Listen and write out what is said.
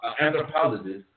Anthropologist